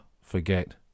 forget